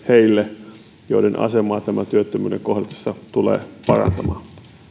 heille joiden asemaa tämä työttömyyden kohdatessa tulee parantamaan